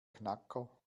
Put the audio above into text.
knacker